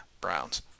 Browns